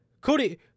Cody